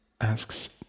asks